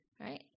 right